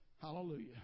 Hallelujah